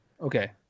Okay